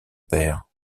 père